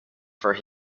for